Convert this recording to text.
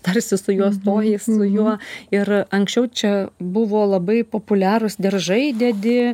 tarsi su juo stoji su juo ir anksčiau čia buvo labai populiarūs diržai dedi